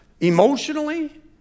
Emotionally